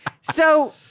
So-